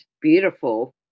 Beautiful